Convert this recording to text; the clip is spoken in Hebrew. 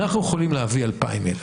אנחנו יכולים להביא 2,000 ילד,